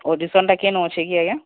ଅଡିସନଟା କିଏ ନେଉଛି କି ଆଜ୍ଞା